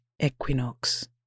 Equinox